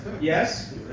Yes